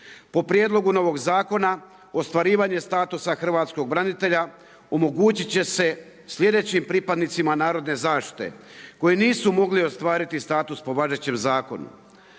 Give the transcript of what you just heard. Po prijedlogu novog zakona, ostvarivanje statusa hrvatskog branitelja omogućit će se slijedećim pripadnicima narodne zaštite koji nisu mogli ostvariti status po važećem zakonu.